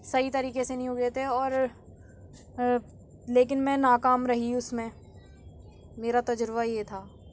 صحیح طریقے سے نہیں اُگے تھے اور لیکن میں ناکام رہی اُس میں میرا تجربہ یہ تھا